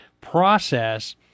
process